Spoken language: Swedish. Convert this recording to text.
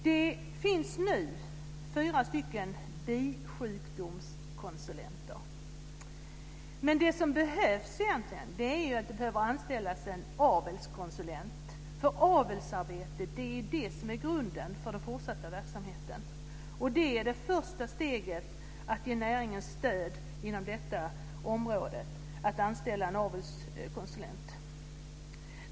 Det finns nu fyra bisjukdomskonsulenter. Men det som egentligen behövs är att det anställs en avelskonsulent. Avelsarbetet är grunden för den fortsatta verksamheten. Det första steget för att ge näringen stöd inom detta område är att anställa en avelskonsulent.